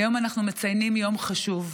היום אנחנו מציינים יום חשוב,